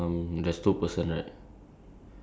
wait let's go back to the